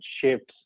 shifts